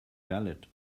valid